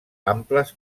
amples